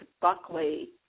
Buckley